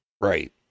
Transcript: Right